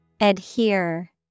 Adhere